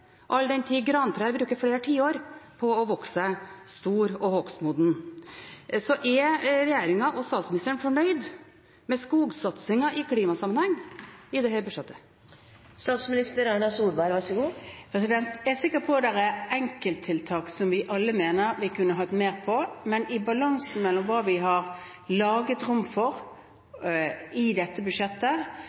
all den tid grantrær bruker flere tiår på å vokse seg store og hogstmodne? Er regjeringen og statsministeren fornøyd med skogsatsingen i klimasammenheng i dette budsjettet? Jeg er sikker på at det er enkelttiltak som vi alle mener vi kunne bevilget mer til, men i balansen mellom hva vi har laget rom for i dette budsjettet,